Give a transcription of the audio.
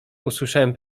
usłyszałem